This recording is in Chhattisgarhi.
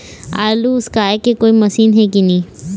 आलू उसकाय के कोई मशीन हे कि नी?